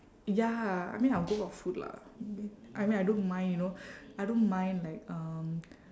ya I mean I will go for food lah I mean I don't mind you know I don't mind like um